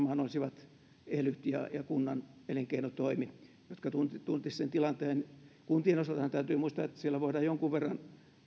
olisivat varmaan elyt ja kunnan elinkeinotoimi jotka tuntisivat sen tilanteen kuntien osaltahan täytyy muistaa että siellä voidaan jonkun verran